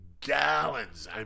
gallons